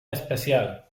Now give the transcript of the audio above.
especial